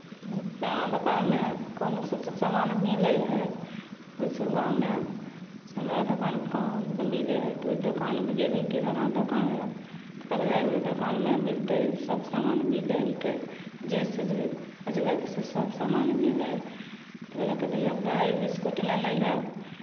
नीचाँ दोकानमे कोनो सभ सामान मिलै हइ जइसे गाँवमे से हमरा दोकानमे कहुँ मिलै हइ तऽ ओहि दोकानमे गयली किराना दोकानमे कहलकै हइ ओहि दोकानमे मिलतै सभ सामान मिलै हिकै जे सोचबै खोजबै से सभ सामान मिलै हइ कहलक धियपुता हइ बिस्कुट नेने अइहऽ